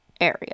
area